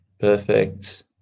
Perfect